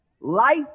Life